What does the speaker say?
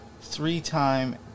three-time